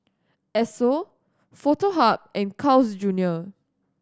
Esso Foto Hub and Carl's Junior